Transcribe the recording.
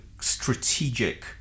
strategic